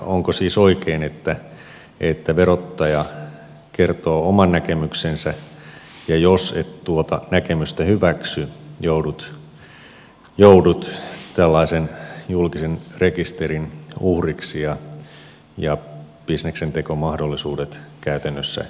onko siis oikein että verottaja kertoo oman näkemyksensä ja jos et tuota näkemystä hyväksy joudut tällaisen julkisen rekisterin uhriksi ja bisneksentekomahdollisuudet käytännössä katoavat